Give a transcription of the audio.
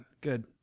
good